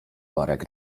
barak